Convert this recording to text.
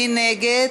מי נגד?